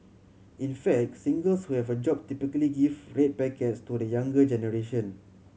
in fact singles who have a job typically give red packets to the younger generation